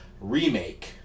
remake